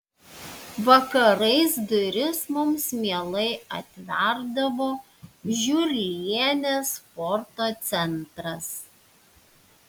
vakarais duris mums mielai atverdavo žiurlienės sporto centras